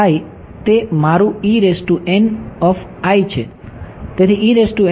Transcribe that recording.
તેથી તે મારું છે